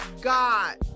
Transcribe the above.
God